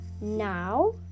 now